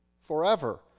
forever